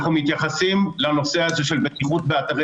אנחנו מתייחסים לנושא הזה של בטיחות באתרי